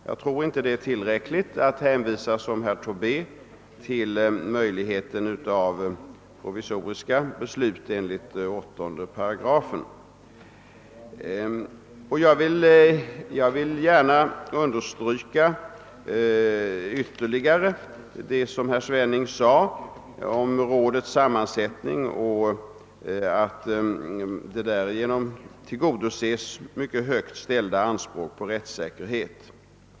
Jag tror inte att det är tillräckligt att, som herr Tobé gör, hänvisa till möjligheten med provisoriska beslut enligt 8 8. Jag vill gärna ytterligare understryka vad herr Svenning sade om rådets sammansättning; den tillgodoser mycket högt ställda anspråk på rättssäkerhet.